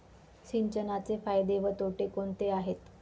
सिंचनाचे फायदे व तोटे कोणते आहेत?